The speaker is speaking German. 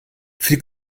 viel